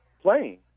playing